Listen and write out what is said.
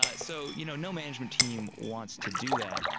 ah so you know no management team wants to do that.